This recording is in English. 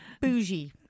Bougie